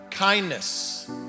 kindness